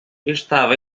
estava